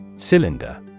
Cylinder